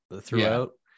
throughout